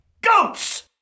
goats